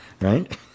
right